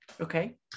okay